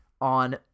on